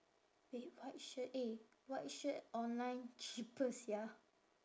eh white shirt eh white shirt online cheaper sia